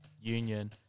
union –